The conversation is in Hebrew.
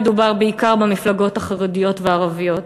מדובר בעיקר במפלגות החרדיות והערביות.